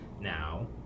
now